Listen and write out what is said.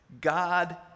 God